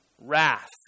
wrath